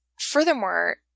Furthermore